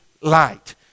light